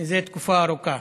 מזה תקופה ארוכה.